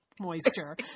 moisture